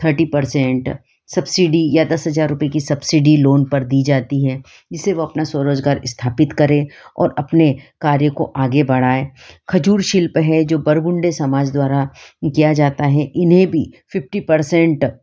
thirty percent subsidy या दस हजार रुपये की सब्सिडी लोन पर दी जाती है जिसे वह अपना स्वरोज़गार स्थापित करे और अपने कार्य को आगे बढ़ाए खजूर शिल्प है जो बरमुंडे समाज द्वारा किया जाता है इन्हें भी फिफ्टी परसेंट